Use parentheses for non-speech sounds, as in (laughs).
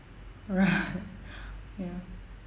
right (laughs) ya